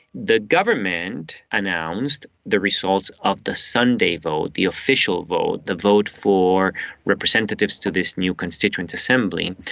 the government and announced the results of the sunday vote, the official vote, the vote for representatives to this new constituent assembly.